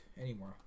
anymore